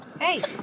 Hey